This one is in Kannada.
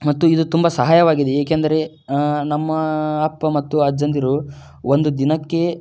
ಮತ್ತು ಇದು ತುಂಬ ಸಹಾಯವಾಗಿದೆ ಏಕೆಂದರೆ ನಮ್ಮ ಅಪ್ಪ ಮತ್ತು ಅಜ್ಜಂದಿರು ಒಂದು ದಿನಕ್ಕೆ